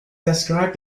described